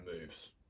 moves